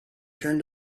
turned